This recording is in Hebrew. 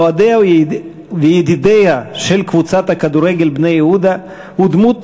מאוהדיה וידידיה של קבוצת הכדורגל "בני יהודה" ודמות